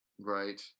right